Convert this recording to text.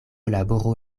laboru